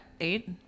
eight